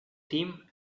team